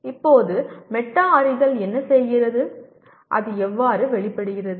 இப்போது மெட்டா அறிதல் என்ன செய்கிறது அது எவ்வாறு வெளிப்படுகிறது